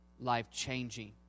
life-changing